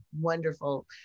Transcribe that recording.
Wonderful